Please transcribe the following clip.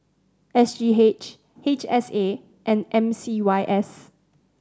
S G H H S A and M C Y S